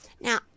Now